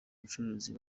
bacuruzi